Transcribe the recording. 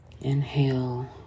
Inhale